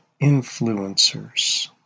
influencers